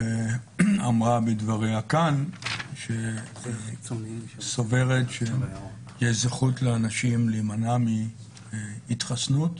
אמרה בדבריה כאן שהיא סוברת שיש זכות לאנשים להימנע מהתחסנות,